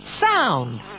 sound